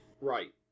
Right